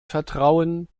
vertrauen